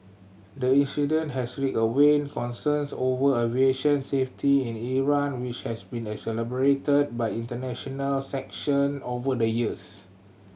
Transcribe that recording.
the incident has reawakened concerns over aviation safety in Iran which has been exacerbated by international sanction over the years